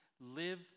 live